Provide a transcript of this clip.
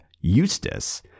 Eustace